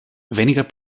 weniger